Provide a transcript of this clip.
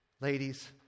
Ladies